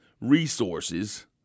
resources